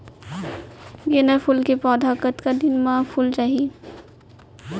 गेंदा फूल के पौधा कतका दिन मा फुल जाही?